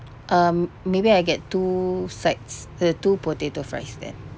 um maybe I get two sides the two potato fries then